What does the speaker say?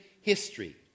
history